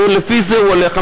ולפי זה הוא הולך.